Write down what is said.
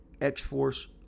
X-Force